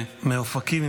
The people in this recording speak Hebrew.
מאופקים,